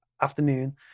afternoon